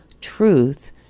truth